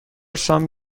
some